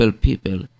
people